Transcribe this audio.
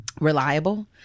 reliable